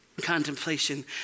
Contemplation